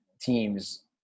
teams